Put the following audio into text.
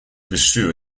pursue